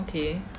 okay